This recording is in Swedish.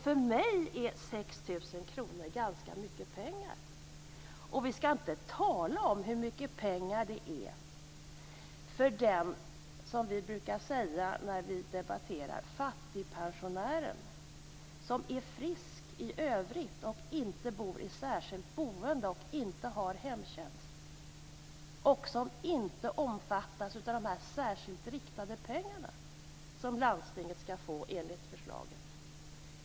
För mig är 6 000 kronor ganska mycket pengar. Och vi skall inte tala om hur mycket pengar det är för fattigpensionären, som vi brukar säga när vi debatterar, som är frisk i övrigt men som inte har hemtjänst och som inte omfattas av de särskilt riktade pengarna som landstingen skall få enligt förslaget.